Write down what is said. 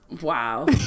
Wow